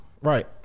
right